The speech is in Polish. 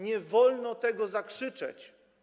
Nie wolno tego zakrzyczeć.